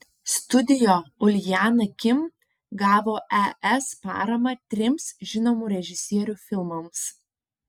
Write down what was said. studio uljana kim gavo es paramą trims žinomų režisierių filmams